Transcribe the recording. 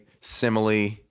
simile